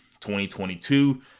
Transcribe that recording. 2022